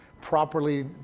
properly